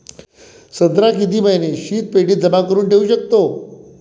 संत्रा किती महिने शीतपेटीत जमा करुन ठेऊ शकतो?